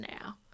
now